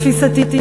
לתפיסתי,